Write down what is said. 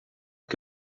que